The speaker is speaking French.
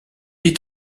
est